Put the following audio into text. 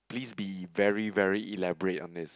please be very very elaborate on this